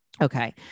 Okay